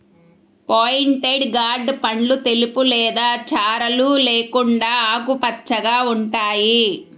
pointed gourd పండ్లు తెలుపు లేదా చారలు లేకుండా ఆకుపచ్చగా ఉంటాయి